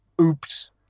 Oops